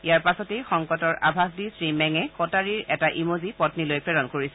ইয়াৰ পাছতেই সংকটৰ আভাষ দি শ্ৰীমেঙে কটাৰীৰ এটা ইমোজী পন্নীলৈ প্ৰেৰণ কৰিছিল